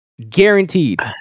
guaranteed